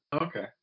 Okay